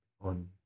on